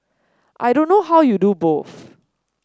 I don't know how you do both